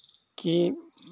के